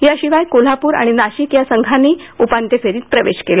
याशिवाय कोल्हापुर आणि नाशिक या संघांनीही उपांत्य फेरीत प्रवेश केला